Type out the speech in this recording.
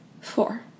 Four